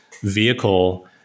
vehicle